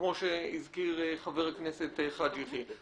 כמו שהזכיר חבר הכנסת חאג' יחיא.